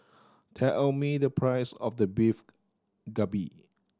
tell me the price of the Beef Galbi